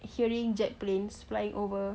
hearing jet planes flying over